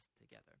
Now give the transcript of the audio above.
together